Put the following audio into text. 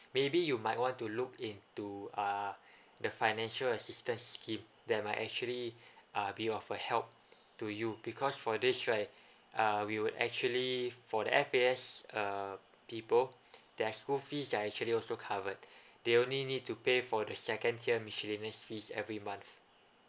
maybe you might want to look into ah the financial assistance scheme that might actually ah be of a help to you because for this right err we would actually for the F_A_S err people they're school fees are actually also covered they only need to pay for the second tier miscellaneous fees every month